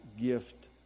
gift